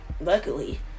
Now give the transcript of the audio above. luckily